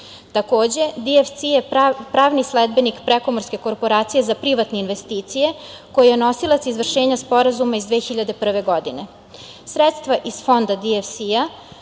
godine. Takođe, DFC je pravni sledbenik prekomorske korporacije za privatne investicije koja je nosilac izvršenja Sporazuma iz 2001. godine. Sredstva iz Fonda DFC